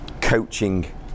coaching